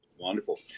Wonderful